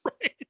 Right